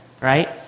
right